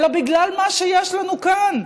אלא בגלל מה שיש לנו כאן,